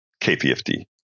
KPFD